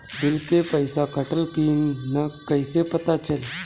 Bill के पइसा कटल कि न कइसे पता चलि?